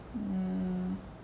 mm